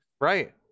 Right